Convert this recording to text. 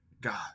God